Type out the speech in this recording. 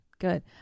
Good